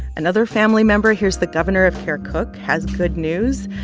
another family member hears the governor of kirkuk has good news.